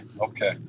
Okay